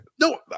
No